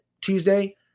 Tuesday